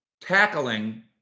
tackling